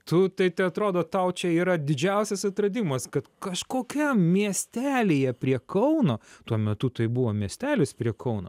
tu tai tai atrodo tau čia yra didžiausias atradimas kad kažkokiam miestelyje prie kauno tuo metu tai buvo miestelis prie kauno